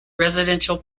residential